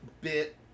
bit